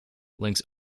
links